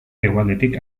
hegoaldetik